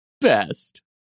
best